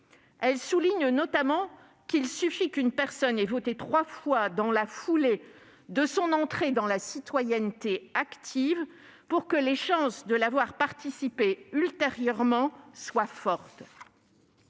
Elle souligne notamment qu'il suffit qu'une personne ait voté trois fois dans la foulée de son entrée dans la citoyenneté active pour que les chances de la voir participer ultérieurement soient fortes.